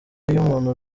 iy’umuntu